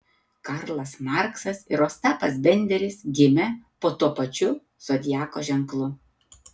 karlas marksas ir ostapas benderis gimė po tuo pačiu zodiako ženklu